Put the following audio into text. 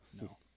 No